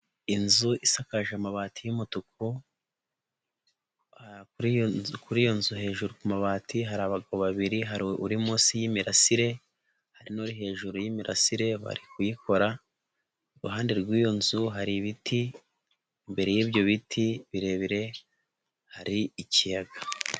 Inzu isakaje amabati y'umutuku, kuri iyo nzu kuri iyo nzu hejuru ku mabati hari abagabo babiri hari uri munsi y'imirasire, hari n'uri hejuru y'imirasire bari kuyikora, iruhande rw'iyo nzu hari ibiti mbere y'ibyo biti birebire hari ikiyaga.